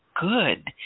good